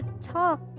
talk